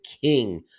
king